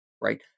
Right